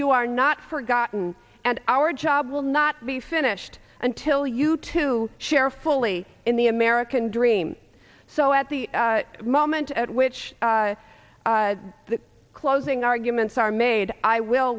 you are not forgotten and our job will not be finished until you to share fully in the american dream so at the moment at which the closing arguments are made i will